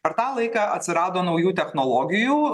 per tą laiką atsirado naujų technologijų